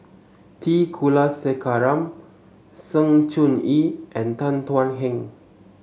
T Kulasekaram Sng Choon Yee and Tan Thuan Heng